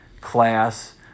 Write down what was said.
class